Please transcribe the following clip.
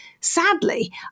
Sadly